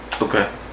Okay